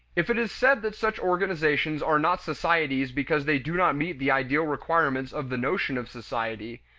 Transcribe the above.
if it is said that such organizations are not societies because they do not meet the ideal requirements of the notion of society,